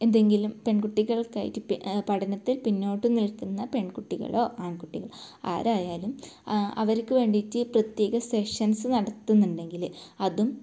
എന്തെങ്കിലും പെൺകുട്ടികൾക്കായിട്ട് പഠനത്തിൽ പിന്നോട്ട് നിൽക്കുന്ന പെൺകുട്ടികളോ ആൺകുട്ടികളോ ആരായാലും അവർക്ക് വേണ്ടീട്ട് പ്രത്യേക സെഷൻസ്സ് നടത്തുന്നുണ്ടെങ്കിൽ അതും